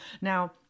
Now